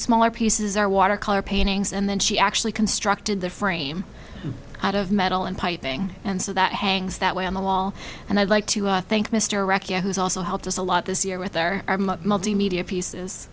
smaller pieces are watercolor paintings and then she actually constructed the frame out of metal and piping and so that hangs that way on the wall and i'd like to thank mr recchi who's also helped us a lot this year with our multimedia pieces